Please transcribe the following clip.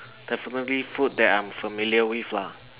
definitely food that I'm familiar with lah